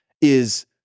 is-